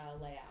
layout